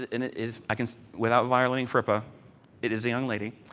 it and it is, i can without violating ferpa it is a young lady,